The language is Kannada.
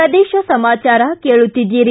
ಪ್ರದೇಶ ಸಮಾಚಾರ ಕೇಳುತ್ತೀದ್ದಿರಿ